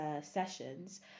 sessions